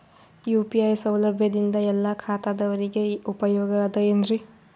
UPI ಸೌಲಭ್ಯದಿಂದ ಎಲ್ಲಾ ಖಾತಾದಾವರಿಗ ಉಪಯೋಗ ಅದ ಏನ್ರಿ?